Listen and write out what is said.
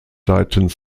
seitens